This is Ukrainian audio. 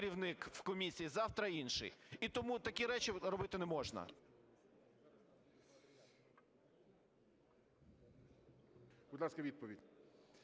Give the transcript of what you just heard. Будь ласка, відповідь.